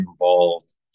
involved